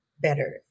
better